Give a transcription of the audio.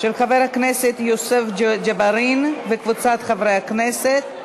של חבר הכנסת יוסף ג'בארין וקבוצת חברי הכנסת.